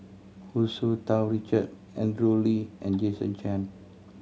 Hu Tsu Tau Richard Andrew Lee and Jason Chan